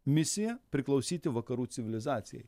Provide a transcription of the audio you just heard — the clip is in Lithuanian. misiją priklausyti vakarų civilizacijai